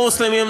מוסלמים,